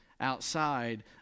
outside